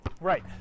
Right